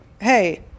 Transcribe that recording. hey